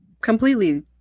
completely